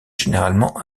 généralement